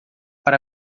para